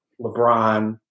LeBron